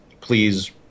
please